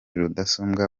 rudasumbwa